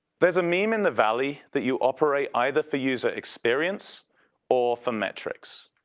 there's a meme in the valley that you operate either for user experience or for metrics.